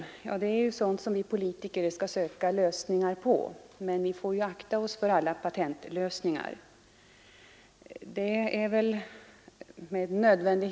Svåra problem är sådant som vi politiker skall söka lösningar på, men vi får akta oss för patentlösningar.